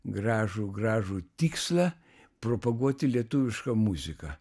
gražų gražų tikslą propaguoti lietuvišką muziką